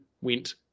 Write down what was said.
went